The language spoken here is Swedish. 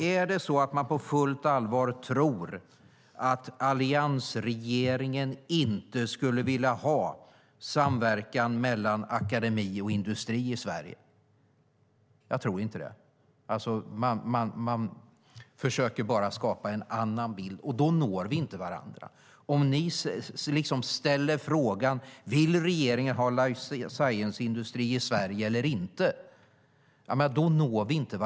Är det så att man på fullt allvar tror att alliansregeringen inte skulle vilja ha samverkan mellan akademi och industri i Sverige? Jag tror inte det. Man försöker bara skapa en annan bild. Då når vi inte varandra. Vi når inte varandra i samtalet om ni ställer frågan: Vill regeringen ha life science-industri i Sverige eller inte?